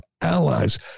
allies